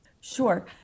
Sure